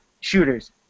shooters